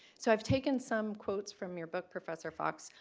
so i've taken some quotes from your book professor fox,